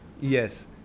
yes